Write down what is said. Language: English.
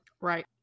Right